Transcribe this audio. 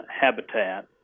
habitat